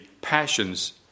passions